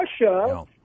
Russia